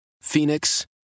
Phoenix